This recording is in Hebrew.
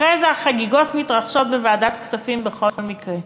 ואחרי זה החגיגות מתרחשות בוועדת הכספים בכל מקרה.